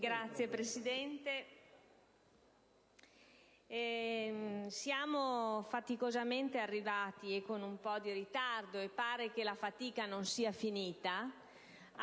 siamo faticosamente arrivati, con un po' di ritardo, e pare che la fatica non sia finita,